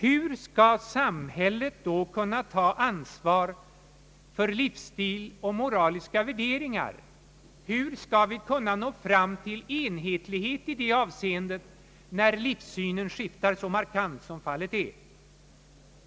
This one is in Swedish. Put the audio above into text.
Hur skall då samhället kunna ta ansvar för livsstil och moraliska värderingar? Hur skall vi kunna nå fram till enhetlighet i det avseendet, när livssynen skiftar så markant som fallet är?